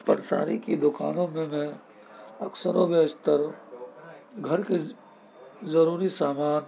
پنساری کی دوکانوں میں میں اکثر و بیشتر گھر کے ضروری سامان